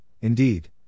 indeed